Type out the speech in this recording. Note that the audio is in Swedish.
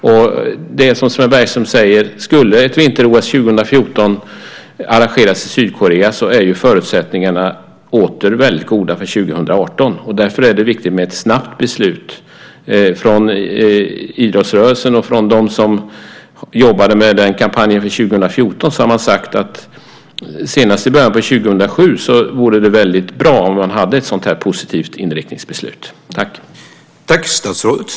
Det är som Sven Bergström säger: Skulle ett vinter-OS 2014 arrangeras i Sydkorea är ju förutsättningarna väldigt goda för 2018. Därför är det viktigt med ett snabbt beslut. Idrottsrörelsen och de som jobbade med kampanjen för 2014 har sagt att det vore väldigt bra om man hade ett positivt inriktningsbeslut senast i början på 2007.